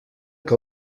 que